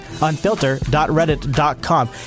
unfilter.reddit.com